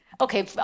okay